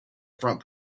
front